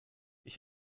ich